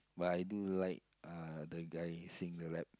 but I do like uh the guy sing the rap